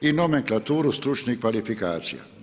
i nomenklaturu stručnih kvalifikacija.